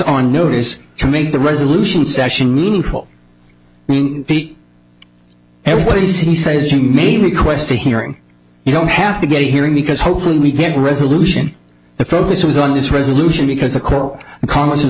on notice to make the resolution session meaningful meaning the everybody says you may request a hearing you don't have to get a hearing because hopefully we get a resolution the focus was on this resolution because the core congress